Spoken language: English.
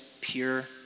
pure